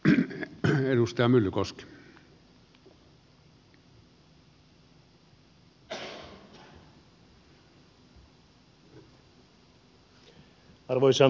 arvoisa herra puhemies